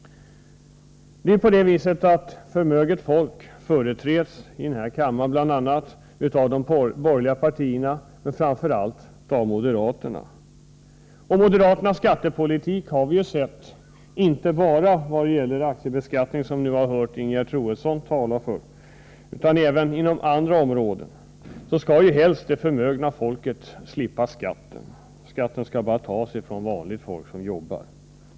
Förmöget folk företräds bl.a. i denna kammare av de borgerliga partierna, framför allt av moderaterna. Vi har sett att enligt moderaternas skattepolitik —- inte bara när det gäller aktiebeskattningen, som Ingegerd Troedsson nu talat om — skall helst det förmögna folket slippa skatt. Skatten skall tas från vanligt folk som jobbar.